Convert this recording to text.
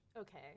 Okay